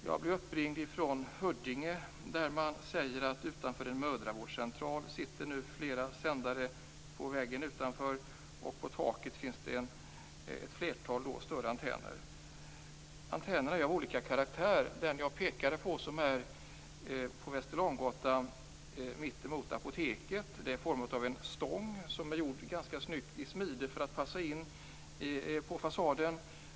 Jag blev uppringd från Huddinge och fick höra att det sitter flera sändare på väggen utanför en mödravårdscentral och flera större antenner på taket. Antennerna är av olika karaktär. Den antenn jag nämnde som finns på Västerlånggatan mittemot apoteket är i form av en stång som gjorts ganska snyggt i smide för att passa in på fasaden.